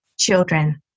Children